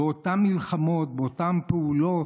באותן מלחמות, באותן פעולות.